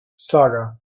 saga